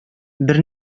бер